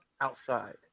outside